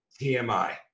TMI